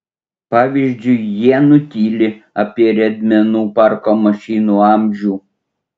pavyzdžiui jie nutyli apie riedmenų parko mašinų amžių